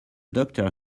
doctor